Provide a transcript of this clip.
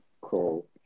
Cool